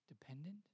Dependent